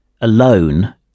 alone